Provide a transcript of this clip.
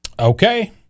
Okay